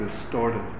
distorted